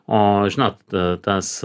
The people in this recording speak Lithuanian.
o žinot tas